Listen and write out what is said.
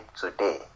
today